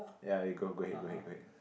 ya you go go ahead go ahead go ahead